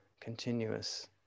continuous